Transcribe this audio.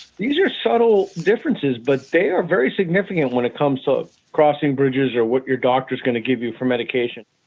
these are subtle differences but they are very significant when it comes to so crossing bridges, or what your doctor is going to give you for medication.